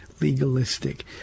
legalistic